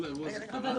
כל האירוע הזה קרה.